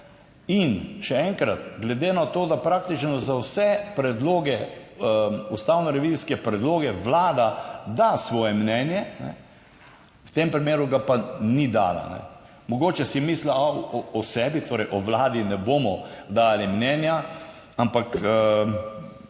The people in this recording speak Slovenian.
In še enkrat, glede na to, da praktično za vse predloge, ustavno revizijske predloge Vlada da svoje mnenje, v tem primeru ga pa ni dala. Mogoče si misli o sebi, torej o vladi ne bomo dajali mnenja, ampak